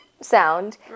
sound